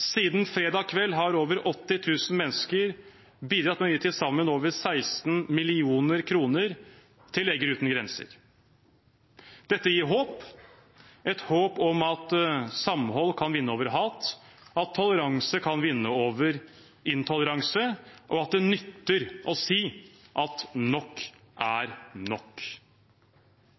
Siden fredag kveld har over 80 000 mennesker bidratt med å gi til sammen over 16 mill. kr til Leger Uten Grenser. Dette gir håp, et håp om at samhold kan vinne over hat, at toleranse kan vinne over intoleranse, og at det nytter å si at nok er nok.